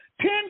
Ten